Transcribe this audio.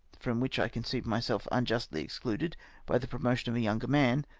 from which i conceived myself unjustly excluded by the promotion of a younger man,